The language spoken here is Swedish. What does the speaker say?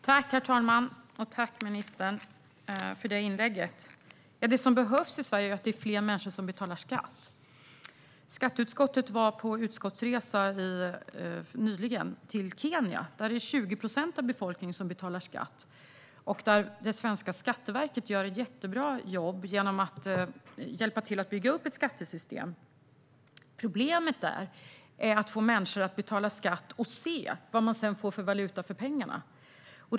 Herr talman! Tack, ministern, för inlägget! Det som behövs i Sverige är fler människor som betalar skatt. Skatteutskottet var nyligen på utskottsresa till Kenya, där 20 procent av befolkningen betalar skatt och där svenska Skatteverket gör ett jättebra jobb genom att hjälpa till att bygga upp ett skattesystem. Problemet är att få människor att betala skatt och se vad de sedan får för valuta för pengarna.